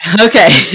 Okay